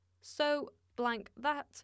So-blank-that